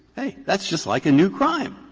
hey, that's just like a new crime.